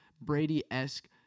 Brady-esque